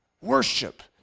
Worship